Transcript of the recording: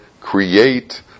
create